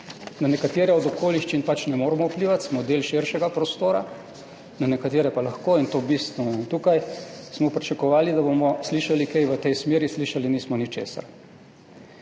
Na nekatere od okoliščin pač ne moremo vplivati, smo del širšega prostora, na nekatere pa lahko, in to bistveno. Tukaj smo pričakovali, da bomo slišali kaj v tej smeri, pa nismo slišali